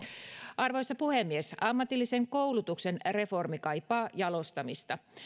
arvoisa puhemies ammatillisen koulutuksen reformi kaipaa jalostamista